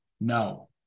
No